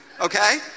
Okay